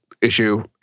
issue